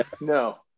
No